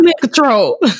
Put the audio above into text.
control